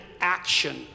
action